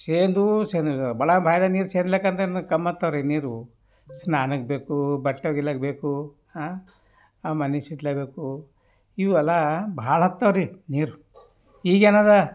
ಸೇದೂ ಸೇದ್ ಭಾಳ ಬಾವ್ಯಾಗ ನೀರು ಸೇದ್ಲಕ್ಕ ಅಂದ್ರೇನು ಕಮ್ ಆತ್ತಾವ್ರಿ ನೀರು ಸ್ನಾನಕ್ಕೆ ಬೇಕು ಬಟ್ಟೆ ಒಗಿಲಕ್ಕ ಬೇಕು ಮನಿಸಿದ್ಲಕ್ಕ ಬೇಕು ಇವೆಲ್ಲ ಭಾಳಾತ್ತಾವ್ರಿ ನೀರು ಈಗೇನಾರ